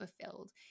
fulfilled